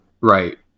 right